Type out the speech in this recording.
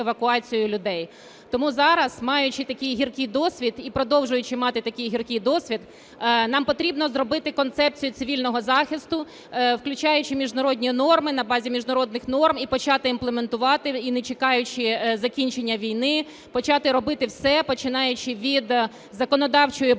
Тому зараз, маючи такий гіркий досвід і продовжуючи мати такий гіркий досвід, нам потрібно зробити концепцію цивільного захисту, включаючи міжнародні норми на базі міжнародних норм, і почати імплементувати, і, не чекаючи закінчення війни, почати робити все, починаючи від законодавчої бази,